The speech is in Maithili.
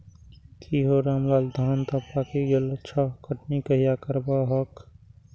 की हौ रामलाल, धान तं पाकि गेल छह, कटनी कहिया करबहक?